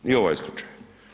I ovaj slučaj.